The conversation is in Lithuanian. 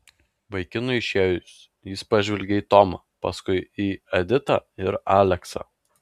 vaikinui išėjus jis pažvelgė į tomą paskui į editą ir aleksą